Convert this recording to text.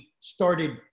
started